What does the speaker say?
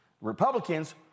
Republicans